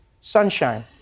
sunshine